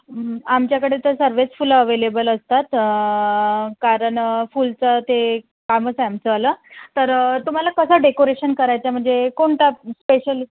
आमच्याकडे तर सर्वच फुलं अव्हेलेबल असतात कारण फुलांचं ते कामचं आहे आमचंवालं तर तुम्हाला कसं डेकोरेशन करायचंय म्हणजे कोणता स्पेशल